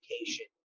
education